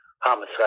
homicide